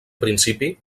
principi